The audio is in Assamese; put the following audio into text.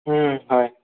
হয়